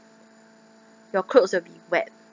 your clothes will be wet